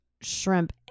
shrimp